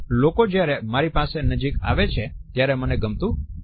લોકો જયારે મારી નજીક આવે છે ત્યારે મને ગમતું નથી